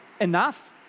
enough